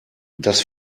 das